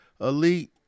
elite